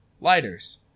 Lighters